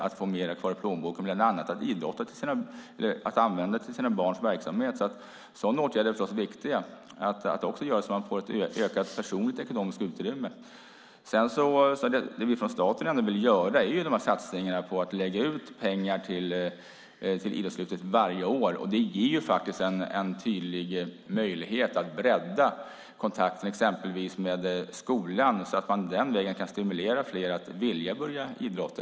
De får mer kvar i plånboken, bland annat att använda till sina barns idrottsverksamhet. Sådana åtgärder är förstås viktiga. Man får ett ökat personligt utrymme. Vi från staten vill satsa genom att lägga pengar på Idrottslyftet varje år. Det ger en tydlig möjlighet att bredda kontakten exempelvis med skolan, så att man den vägen kan stimulera fler till att vilja börja idrotta.